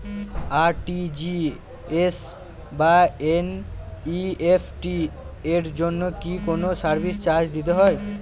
RTGS বা NEFT এর জন্য কি কোনো সার্ভিস চার্জ দিতে হয়?